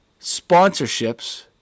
sponsorships